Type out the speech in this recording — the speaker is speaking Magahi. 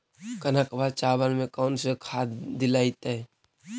कनकवा चावल में कौन से खाद दिलाइतै?